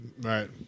Right